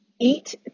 eat